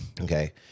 Okay